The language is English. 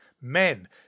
men